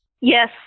Yes